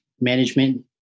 management